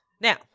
Now